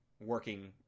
working